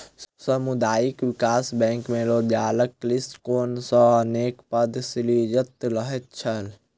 सामुदायिक विकास बैंक मे रोजगारक दृष्टिकोण सॅ अनेक पद सृजित रहैत छै